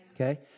okay